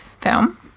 film